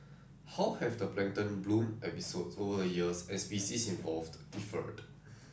how have the plankton bloom episodes over the years and species involved differed